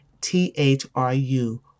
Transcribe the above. T-H-R-U